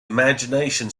imagination